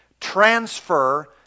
transfer